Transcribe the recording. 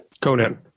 Conan